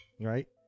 Right